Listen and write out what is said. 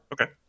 Okay